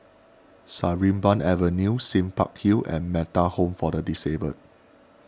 Sarimbun Avenue Sime Park Hill and Metta Home for the Disabled